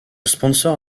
sponsor